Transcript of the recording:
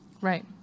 right